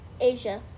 Asia